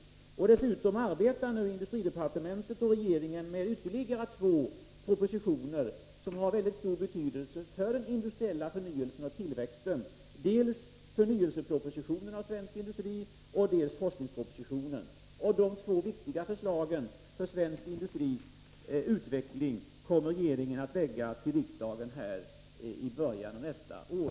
Dessutom arbetar industridepartementet och regeringen nu med ytterligare två propositionen som har väldigt stor betydelse för den industriella förnyelsen och tillväxten: dels propositionen om förnyelse av svensk industri, dels forskningspropositionen. De två viktiga förslagen för svensk industris utvecklingen kommer regeringen att lägga fram för riksdagen i början av nästa år.